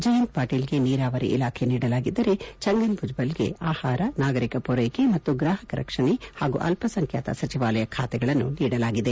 ಜಯಂತ್ ಪಾಟೀಲ್ಗೆ ನೀರಾವರಿ ಇಲಾಖೆಯನ್ನು ನೀಡಲಾಗಿದ್ದರೆ ಛಂಗನ್ ಭುಜಬಲ್ಗೆ ಆಹಾರ ನಾಗರಿಕ ಪೂರೈಕೆ ಮತ್ತು ಗ್ರಾಹಕರ ರಕ್ಷಣೆ ಹಾಗೂ ಅಲ್ಪಸಂಖ್ವಾತ ಸಚಿವಾಲಯದ ಖಾತೆಗಳನ್ನು ನೀಡಲಾಗಿದೆ